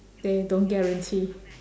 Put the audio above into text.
they don't guarantee